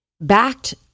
backed